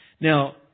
Now